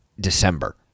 December